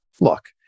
look